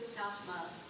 self-love